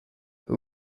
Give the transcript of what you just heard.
who